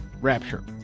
rapture